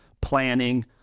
planning